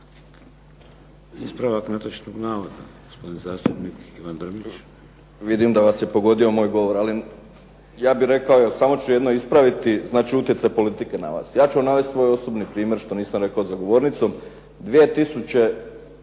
Ispravak netočnog navoda, gospodin zastupnik Ivan Drmić. **Drmić, Ivan (HDSSB)** Vidim da vas je pogodio moj govor. Ali ja bih rekao, samo ću jedno ispraviti, znači utjecaj politike na vas. Ja ću vam navesti svoj osobni primjer što nisam rekao za govornicom.